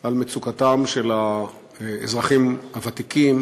את מצוקתם של האזרחים הוותיקים